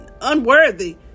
unworthy